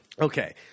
Okay